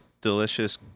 delicious